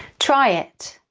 try it!